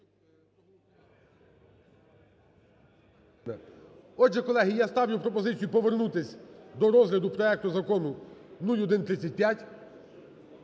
Отже, колеги, я ставлю пропозицію повернутись до розгляду проекту Закону 0135.